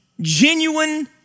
genuine